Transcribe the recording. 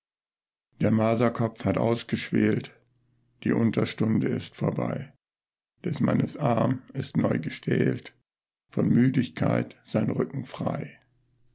der maserkopf hat ausgeschwelt die unterstunde ist vorbei des mannes arm ist neu gestählt von müdigkeit sein rücken frei